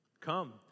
come